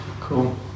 Cool